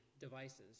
devices